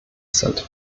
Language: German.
sind